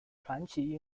传奇